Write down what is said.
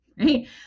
right